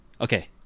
Okay